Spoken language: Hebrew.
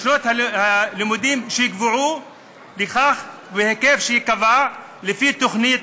בשנות הלימודים שייקבעו לכך ובהיקף שייקבע לפי תוכנית